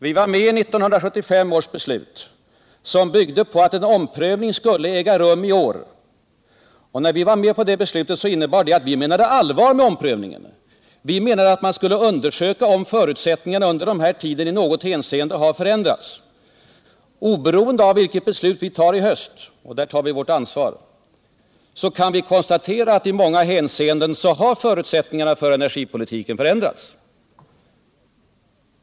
Jo, vi var med på 1975 års beslut, som byggde på att en omprövning skulle äga rum i år. Och när vi var med på det beslutet innebar det att vi menade allvar med omprövningen. Vi menade att man skulle undersöka om förutsättningarna under den här tiden i något hänseende hade förändrats. Oberoende av vilket beslut vi fattar i höst, och där tar vi vårt ansvar, kan vi konstatera att i många hänseenden har förutsättningarna för energipolitiken förändrats.